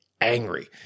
angry